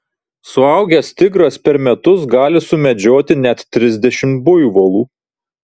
suaugęs tigras per metus gali sumedžioti net trisdešimt buivolų